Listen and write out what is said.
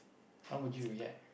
how would you react